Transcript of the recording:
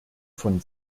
von